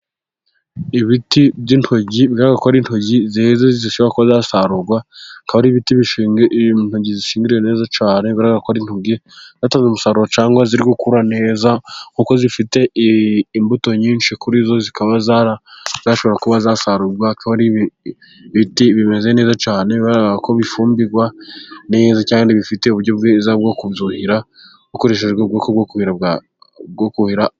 Ibiti by'intoryi bigaragara ko ari intoryi zeze zishobora kuba zasarurwa, zikaba ari intoryi zishingiriye neza çyane bigaragara ko ari intoryi zatanze umusaruro, cyangwa ziri gukura neza kuko zifite imbuto nyinshi kuri zo, zikaba zashobora kuba zasarurwa. Bikaba ari ibiti bimeze neza cyane bigaragara ko bifumbirwa neza, kandi bifite uburyo bwiza bwo kubyuhira, hakoreshejwe ubwoko bwo kuhira bwa bwo kuhira.